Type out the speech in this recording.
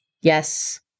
Yes